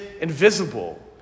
invisible